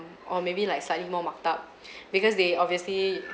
or maybe like slightly more marked up because they obviously